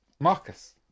Marcus